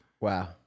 Wow